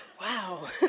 Wow